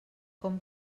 com